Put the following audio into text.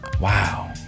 Wow